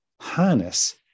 harness